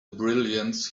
brilliance